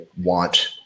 want